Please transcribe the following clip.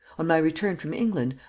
on my return from england,